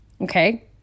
okay